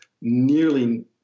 nearly